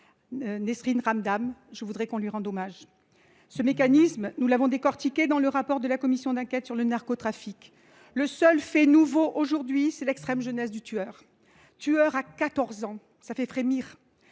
Nessim Ramdane, à qui je voudrais que nous rendions hommage. Ce mécanisme, nous l’avons décortiqué dans le rapport de la commission d’enquête sur l’impact du narcotrafic en France. Le seul fait nouveau, aujourd’hui, c’est l’extrême jeunesse du tueur. Tueur à 14 ans, cela fait frémir